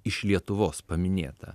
iš lietuvos paminėta